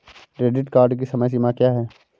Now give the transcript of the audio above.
Credit card की समय सीमा क्या है?